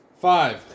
Five